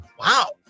Wow